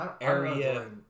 area